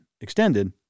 extended